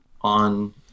on